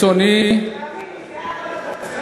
אדוני היושב-ראש,